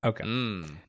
Okay